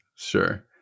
Sure